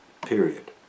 Period